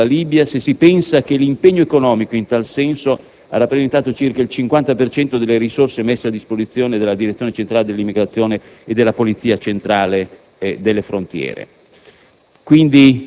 a tale riguardo con la Libia, se si pensa che l'impegno economico in tal senso ha rappresentato circa il 50 per cento delle risorse messe a disposizione dalla Direzione centrale dell'emigrazione e della Polizia centrale delle frontiere.